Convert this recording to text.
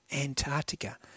Antarctica